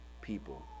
people